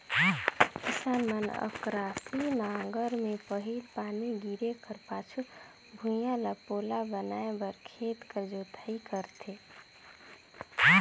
किसान मन अकरासी नांगर मे पहिल पानी गिरे कर पाछू भुईया ल पोला बनाए बर खेत कर जोताई करथे